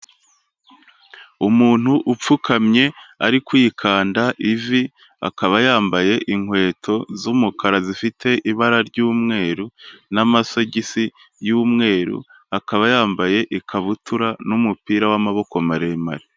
Umuntu upfukamye ari kwikanda ivi, akaba yambaye inkweto z'umukara zifite ibara ry'umweru, n'amasogisi y'umweru, akaba yambaye ikabutura n'umupira w'amaboko maremare.